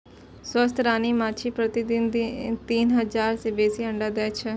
स्वस्थ रानी माछी प्रतिदिन तीन हजार सं बेसी अंडा दै छै